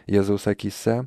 jėzaus akyse